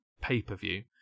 pay-per-view